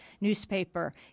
newspaper